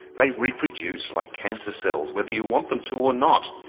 they reproduce like cancer cells, whether you want them to or not.